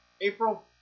April